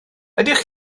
ydych